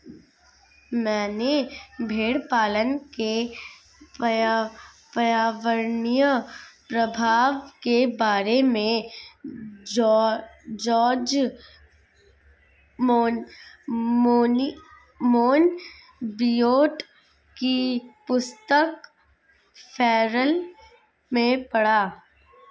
मैंने भेड़पालन के पर्यावरणीय प्रभाव के बारे में जॉर्ज मोनबियोट की पुस्तक फेरल में पढ़ा